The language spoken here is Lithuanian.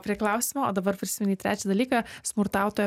prie klausimo o dabar prisiminei trečią dalyką smurtautojo